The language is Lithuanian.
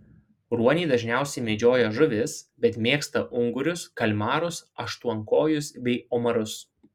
ruoniai dažniausiai medžioja žuvis bet mėgsta ungurius kalmarus aštuonkojus bei omarus